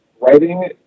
writing